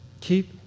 keep